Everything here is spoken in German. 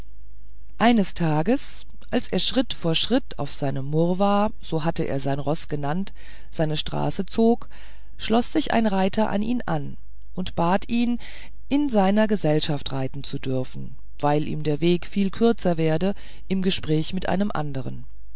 eines tages als er schritt vor schritt auf seinem murva so hatte er sein roß genannt seine straße zog schloß sich ein reiter an ihn an und bat ihn in seiner gesellschaft reiten zu dürfen weil ihm der weg viel kürzer werde im gespräch mit einem andern